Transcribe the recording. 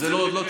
זאת לא תשובה.